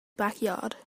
backyard